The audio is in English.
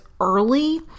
early